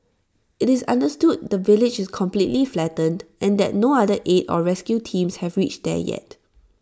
IT is understood the village is completely flattened and that no other aid or rescue teams have reached there yet